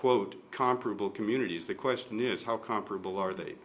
quote comparable communities the question is how comparable are they